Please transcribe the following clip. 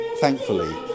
thankfully